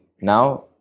now